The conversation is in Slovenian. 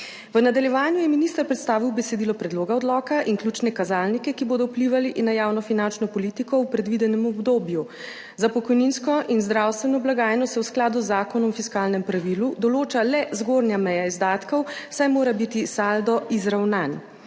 V nadaljevanju je minister predstavil besedilo predloga odloka in ključne kazalnike, ki bodo vplivali na javnofinančno politiko v predvidenem obdobju. Za pokojninsko in zdravstveno blagajno se v skladu z Zakonom o fiskalnem pravilu določa le zgornja meja izdatkov, saj mora biti saldo izravnan.